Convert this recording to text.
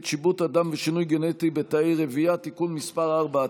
(שיבוט אדם ושינוי גנטי בתאי רבייה) (תיקון מס' 4),